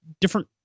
different